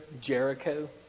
Jericho